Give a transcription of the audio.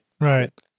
Right